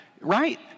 right